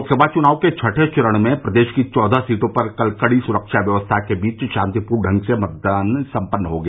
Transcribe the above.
लोकसभा चुनाव के छठे चरण में प्रदेश की चौदह सीटों पर कल कड़ी सुरक्षा व्यवस्था के बीच शांतिपूर्ण ढंग से मतदान सम्पन्न हो गया